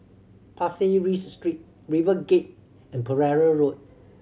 Pasir Ris Street RiverGate and Pereira Road